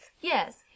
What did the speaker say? Yes